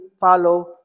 follow